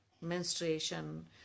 menstruation